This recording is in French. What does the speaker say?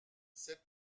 cette